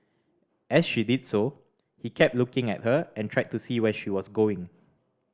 as she did so he kept looking at her and tried to see where she was going